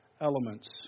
elements